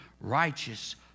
righteous